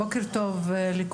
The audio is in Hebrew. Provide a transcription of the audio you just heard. בוקר טוב לכולם,